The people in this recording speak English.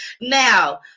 Now